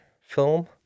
Film